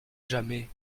jamais